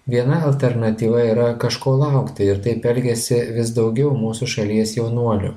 viena alternatyva yra kažko laukti ir taip elgiasi vis daugiau mūsų šalies jaunuolių